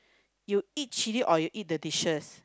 you eat chilli or you eat the dishes